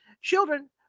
Children